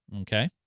Okay